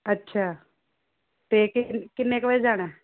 ਅੱਛਾ ਅਤੇ ਕਿੰਨੇ ਕੁ ਵਜੇ ਜਾਣਾ